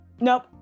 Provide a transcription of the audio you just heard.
Nope